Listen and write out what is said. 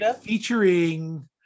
featuring